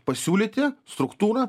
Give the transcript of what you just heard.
pasiūlyti struktūrą